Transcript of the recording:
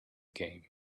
game